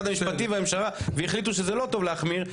המשפטים והממשלה והחליטו שזה לא טוב להחמיר,